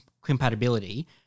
compatibility